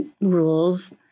rules